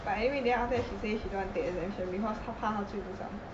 but anyway then after that she say she don't want to take exemption cause 她怕她追不上